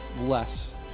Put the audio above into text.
less